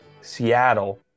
Seattle